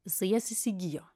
jisai jas įsigijo